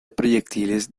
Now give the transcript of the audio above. proyectiles